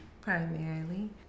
primarily